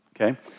okay